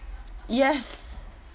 yes